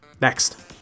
Next